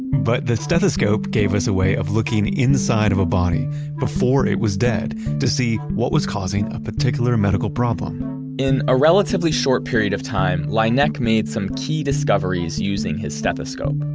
but the stethoscope gave us a way of looking inside of a body before it was dead to see what was causing a particular medical problem in a relatively short period of time, laennec made some key discoveries using his stethoscope.